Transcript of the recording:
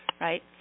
right